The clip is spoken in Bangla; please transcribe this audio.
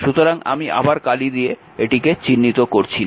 সুতরাং আমি আবার কালি দ্বারা এটিকে চিহ্নিত করছি না